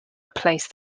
replace